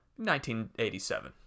1987